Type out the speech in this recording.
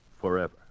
forever